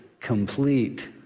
complete